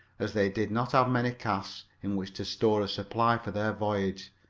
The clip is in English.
as they did not have many casks in which to store a supply for their voyage.